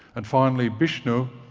and finally bishnu,